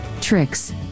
tricks